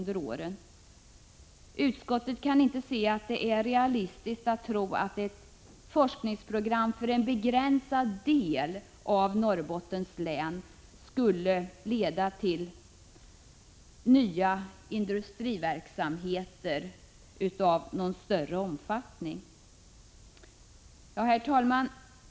Det är enligt utskottet inte realistiskt att tro att ett forskningsprogram för en begränsad del av Norrbottens län skulle leda till nya industriverksamheter av någon större omfattning. Herr talman!